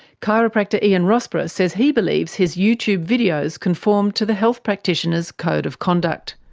chiropractor ian rossborough says he believes his youtube videos conform to the health practitioners' code of conduct.